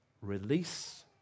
Release